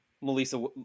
Melissa